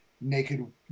naked